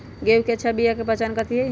गेंहू के अच्छा बिया के पहचान कथि हई?